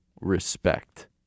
respect